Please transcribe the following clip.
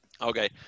Okay